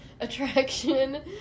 attraction